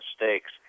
mistakes